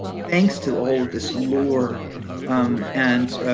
thanks to all of this lore and